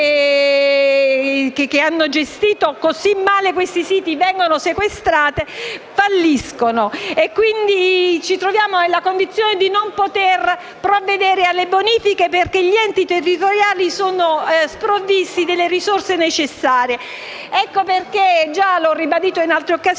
che hanno gestito così male questi siti vengono sequestrate, queste falliscono e quindi ci troviamo nella condizione di non poter provvedere alle bonifiche perché gli enti territoriali sono sprovvisti delle risorse necessarie. Per questo, come già ho ribadito in altre occasioni,